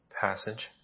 passage